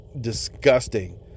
disgusting